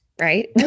right